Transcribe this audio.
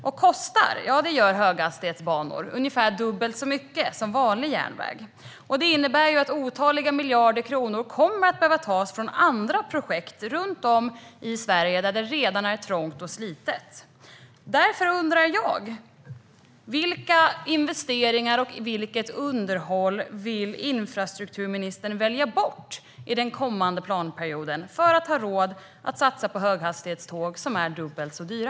Och höghastighetsbanor kostar. Det är ungefär dubbelt så dyrt som vanlig järnväg, vilket innebär att otaliga miljarder kronor kommer att behöva tas från andra projekt runt om i Sverige där det redan är trångt och slitet. Därför undrar jag: Vilka investeringar och vilket underhåll vill infrastrukturministern välja bort i den kommande planperioden för att ha råd att satsa på höghastighetståg som är dubbelt så dyra?